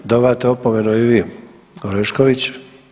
Dobivate opomenu i vi Orešković.